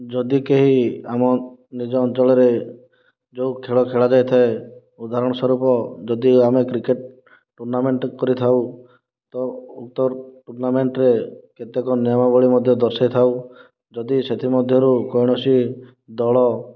ଯଦି କେହି ଆମ ନିଜ ଅଞ୍ଚଳରେ ଯେଉଁ ଖେଳ ଖେଳା ଯାଇଥାଏ ଉଦାହରଣ ସ୍ୱରୂପ ଯଦିବା ଆମେ କ୍ରିକେଟ ଟୁର୍ନାମେଣ୍ଟ କରିଥାଉ ତ ଉକ୍ତ ଟୁର୍ନାମେଣ୍ଟରେ କେତେକ ନିୟମାବଳୀ ମଧ୍ୟ ଦର୍ଶେଇ ଥାଉ ଯଦି ସେଥିମଧ୍ୟରୁ କୌଣସି ଦଳ